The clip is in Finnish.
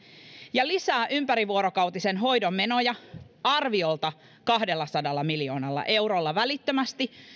ja lisää ympärivuorokautisen hoidon menoja arviolta kahdellasadalla miljoonalla eurolla välittömästi